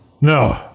No